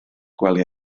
gwely